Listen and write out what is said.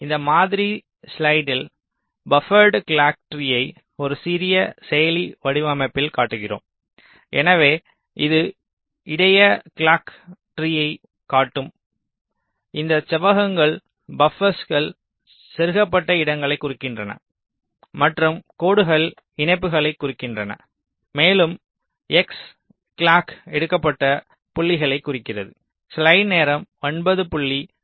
இந்த மாதிரி ஸ்லைடில் பப்பரிர்டு கிளாக் ட்ரீயை ஒரு சிறிய செயலி வடிவமைப்பில் காட்டுகிறோம் எனவே இது இடையக கிளாக் ட்ரீயை காட்டும் இந்த செவ்வகங்கள் பப்பர்ஸ்கள் செருகப்பட்ட இடங்களைக் குறிக்கின்றன மற்றும் கோடுகள் இணைப்புகளைக் குறிக்கின்றன மேலும் x கிளாக் எடுக்கப்பட்ட புள்ளிகளைக் குறிக்கிறது